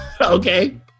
Okay